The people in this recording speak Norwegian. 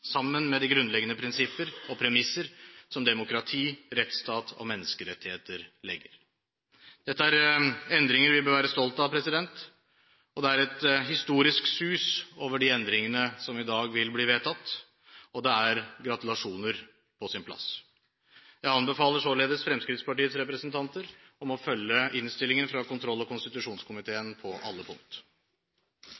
sammen med de grunnleggende prinsipper og de premisser som demokrati, rettsstat og menneskerettigheter legger. Dette er endringer vi bør være stolt av. Det er et historisk sus over de endringene som i dag vil bli vedtatt, og da er gratulasjoner på sin plass. Jeg anbefaler således Fremskrittspartiets representanter om å følge innstillingen fra kontroll- og